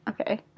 Okay